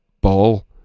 ball